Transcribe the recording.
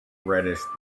reddish